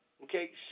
Okay